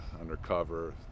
undercover